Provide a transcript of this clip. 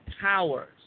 powers